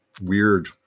weird